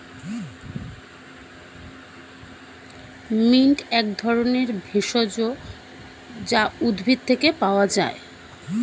mint এক ধরনের ভেষজ যা উদ্ভিদ থেকে পাওয় যায়